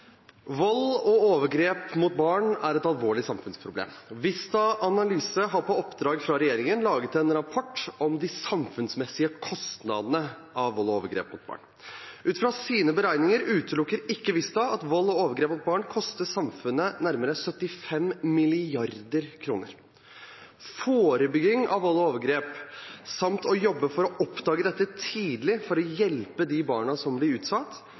Vold og overgrep mot barn er et alvorlig samfunnsproblem. «Vista Analyse har på oppdrag fra regjeringen laget en rapport om samfunnsmessige kostnader av vold og overgrep mot barn. Ut fra sine beregninger utelukker ikke Vista Analyse at vold og overgrep mot barn koster samfunnet nærmere 75 mrd. kr. Forebygging av vold og overgrep, samt å jobbe for å oppdage dette tidlig for å hjelpe de barna som blir utsatt,